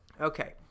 Okay